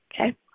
Okay